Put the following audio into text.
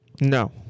no